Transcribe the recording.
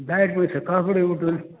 diet पळय सकळीं फुडें उठून